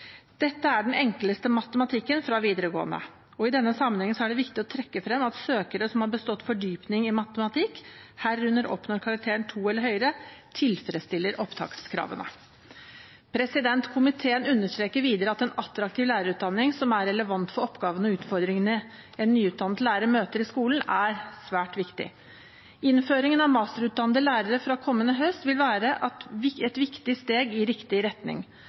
Dette er den enkleste matematikken fra videregående skole. I denne sammenheng er det viktig å trekke frem at søkere som har bestått fordypning i matematikk, dvs. oppnådd karakteren 2 eller høyere, tilfredsstiller opptakskravene. Komiteen understreker videre at en attraktiv lærerutdanning som er relevant for oppgavene og utfordringene en nyutdannet lærer møter i skolen, er svært viktig. Innføringen av masterutdannede lærere fra kommende høst vil være et viktig steg i riktig retning.